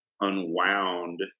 unwound